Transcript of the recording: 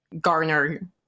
garner